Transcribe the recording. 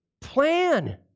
Plan